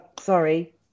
Sorry